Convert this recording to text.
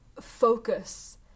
focus